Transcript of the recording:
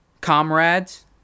comrades